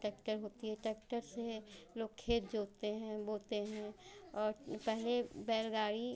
tractor होता है tractor से लोग खेत जोतते हैं बोते हैं और पहले बैलगाड़ी